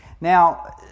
Now